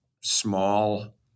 small